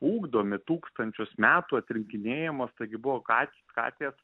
ugdomi tūkstančius metų atrinkinėjamos taigi buvo kat katės